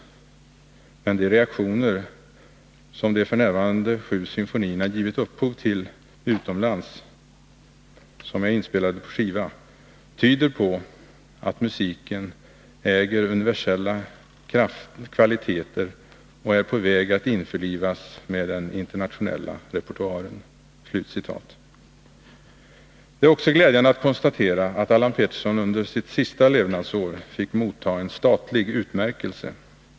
Men de reaktioner, som de f. n. sju symfonierna på skiva givit upphov till utomlands, tyder på att musiken äger universella kvaliteter och är på väg att införlivas med den internationella repertoaren.” Det är också glädjande att konstatera att Allan Pettersson under sitt sista levnadsår fick motta en statlig utmärkelse.